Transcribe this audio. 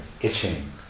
itching